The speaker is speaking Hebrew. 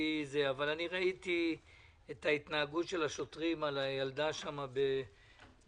אבל אתמול ראיתי את ההתנהגות של השוטרים עם הילדה בירושלים.